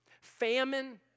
famine